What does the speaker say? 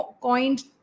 coined